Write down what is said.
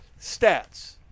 stats